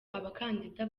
abakandida